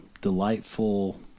delightful